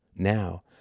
Now